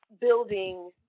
building